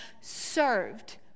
served